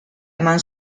eman